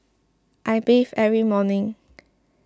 I bathe every morning